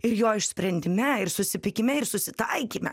ir jo išsprendime ir susipykime ir susitaikyme